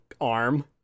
arm